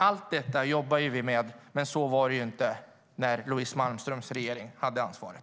Allt detta jobbar vi med, men så var det inte när Louise Malmströms regering hade ansvaret.